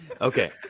okay